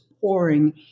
pouring